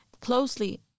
closely